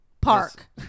Park